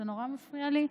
זה נורא מפריע לי.